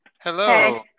Hello